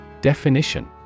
Definition